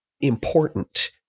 important